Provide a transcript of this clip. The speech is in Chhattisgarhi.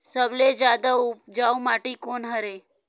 सबले जादा उपजाऊ माटी कोन हरे?